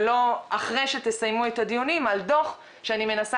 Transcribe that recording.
ולא אחרי שתסיימו את הדיונים על דוח שאני מנסה